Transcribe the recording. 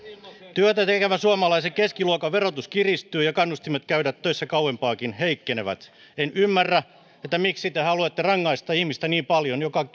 työtä tekevän suomalaisen keskiluokan verotus kiristyy ja kannustimet käydä töissä kauempaakin heikkenevät en ymmärrä miksi te haluatte rangaista niin paljon ihmistä joka